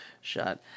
shot